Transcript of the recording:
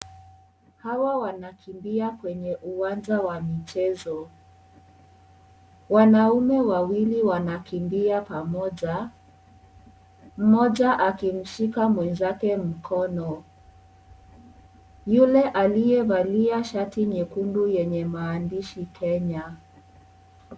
Hawa wanakimbia kwenye uwanja wa michezo. Wanaume wawili wanakimbia pamoja. Mmoja akimshika mwenzake mkono. Yule aliyevalia shati nyekundu yenye maandishi Kenya.